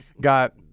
got